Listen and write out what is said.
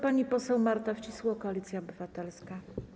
Pani poseł Marta Wcisło, Koalicja Obywatelska.